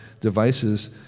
devices